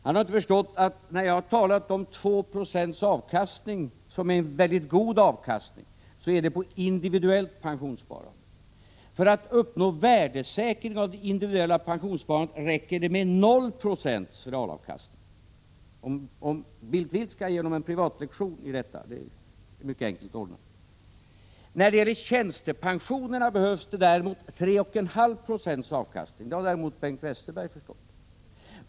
Han har inte förstått att när jag har talat om 2 26 avkastning — som är en mycket god avkastning — är det fråga om individuellt pensionssparande. För att uppnå värdesäkring av det individuella pensionssparandet räcker det med 0 20 realavkastning. Om Bildt vill, skall jag ge honom en privatlektion på den här punkten — det är mycket enkelt ordnat. När det gäller tjänstepensionerna behövs det däremot 3,5 20 avkastning — det har Bengt Westerberg förstått.